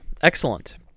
excellent